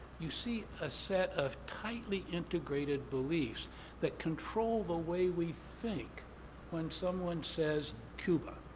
you see ah set of tightly integrated beliefs that control the way we think when someone says cuba.